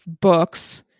books